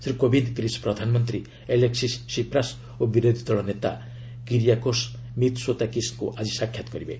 Shri Kovind Greece ପ୍ରଧାନମନ୍ତ୍ରୀ Alexis Tsipras ଓ ବିରୋଧ ଦଳ ନେତା କିରିଆକୋସ୍ ମିତ୍ସୋତାକିସ୍ଙ୍କୁ ଆଜି ସାକ୍ଷାତ୍ କରିବେ